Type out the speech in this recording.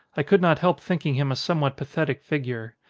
i could not help thinking him a somewhat pathetic figure.